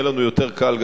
יהיה לנו יותר קל,